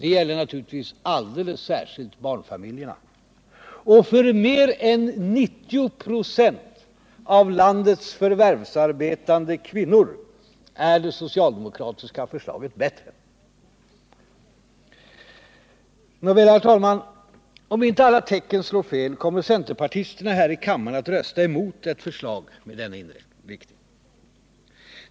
Det gäller naturligtvis alldeles särskilt barnfamiljerna, och för mer än 90 96 av landets förvärvsarbetande kvinnor är det socialdemokratiska förslaget bättre. Om inte alla tecken slår fel, kommer centerpartisterna här i kammaren i dag att rösta emot ett förslag med denna inriktning.